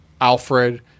Alfred